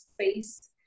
space